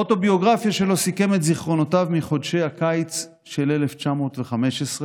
באוטוביוגרפיה שלו סיכם את זיכרונותיו מחודשי הקיץ של 1915,